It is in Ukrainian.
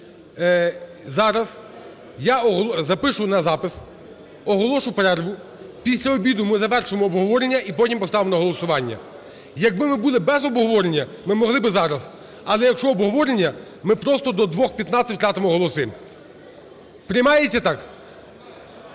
зараз я запишу на запис, оголошу перерву, після обіду ми завершимо обговорення і потім поставимо на голосування. Якби ми були без обговорення, ми могли б зараз, але якщо обговорення, ми просто до 2:15 втратимо голоси. Приймається так?